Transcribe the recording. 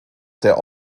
der